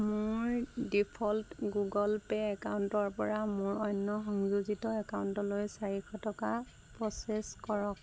মোৰ default Google Pay একাউণ্টৰ পৰা মোৰ অন্য সংযোজিত একাউণ্টলৈ চাৰিশ টকা প্ৰ'চেছ কৰক